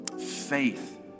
faith